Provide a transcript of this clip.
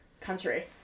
country